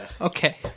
Okay